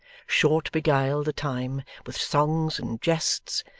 short beguiled the time with songs and jests,